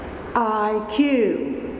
IQ